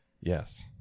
Yes